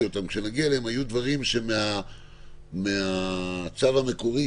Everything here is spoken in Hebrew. יהיו דברים ששונו מהצו המקורי,